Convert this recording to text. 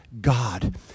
God